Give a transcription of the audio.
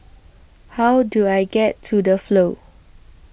How Do I get to The Flow